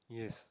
yes